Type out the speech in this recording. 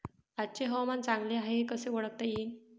आजचे हवामान चांगले हाये हे कसे ओळखता येईन?